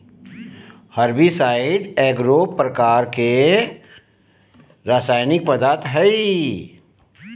herbicide एगो प्रकार के रासायनिक पदार्थ हई